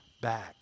back